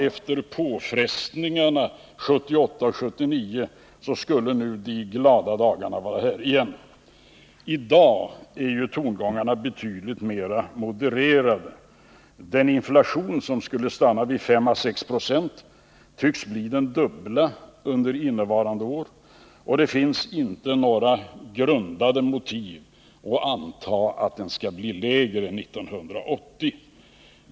Efter påfrestningarna 1978 och 1979 skulle de glada dagarna vara här igen. I dag är ju tongångarna betydligt mer modererade. Den inflation som skulle stanna vid Så 6 96 tycks bliden dubbla under innevarande år, och det finns inte några grundade motiv för att anta att den skall bli lägre 1980.